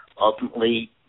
ultimately